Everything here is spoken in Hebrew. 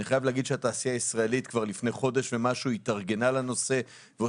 אני חייב להגיד שהתעשייה הישראלית התארגנה בנושא כבר לפני כמה חודשים